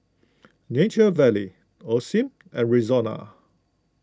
Nature Valley Osim and Rexona